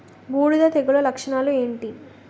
బూడిద తెగుల లక్షణాలు ఏంటి?